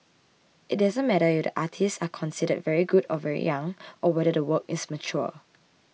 it doesn't matter if the artists are considered very good or very young or whether the work is mature